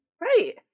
Right